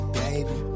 baby